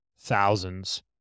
thousands